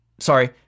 Sorry